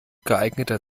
geeigneter